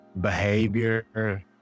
behavior